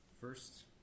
First